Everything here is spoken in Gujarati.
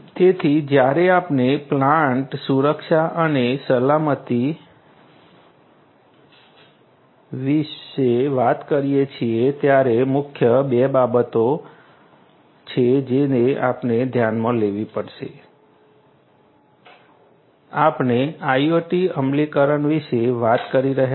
તેથી જ્યારે આપણે પ્લાન્ટમાં સુરક્ષા અને સલામતી વિશે વાત કરીએ છીએ ત્યારે મુખ્ય 3 બાબતો છે જેને આપણે ધ્યાનમાં લેવી પડશે આપણે IIoT અમલીકરણ વિશે વાત કરી રહ્યા છીએ